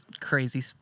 crazy